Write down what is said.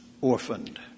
orphaned